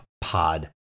pod